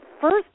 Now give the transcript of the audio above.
first